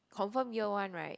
confirm year one right